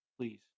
please